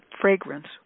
fragrance